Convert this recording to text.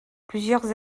plusieurs